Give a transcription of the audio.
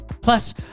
plus